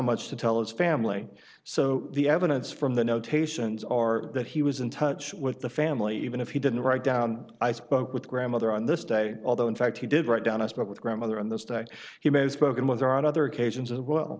much to tell his family so the evidence from the notations are that he was in touch with the family even if he didn't write down i spoke with grandmother on this day although in fact he did write down i spoke with grandmother on this day he may have spoken with her on other occasions as well